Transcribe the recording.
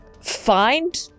find